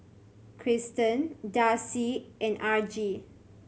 Christen Darcie and Argie